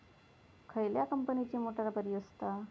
खयल्या कंपनीची मोटार बरी असता?